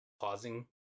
pausing